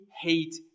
hate